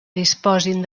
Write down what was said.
disposin